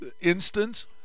instance